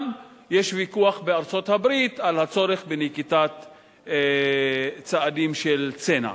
גם יש ויכוח בארצות-הברית על הצורך בנקיטת צעדים של צנע.